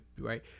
right